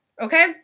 okay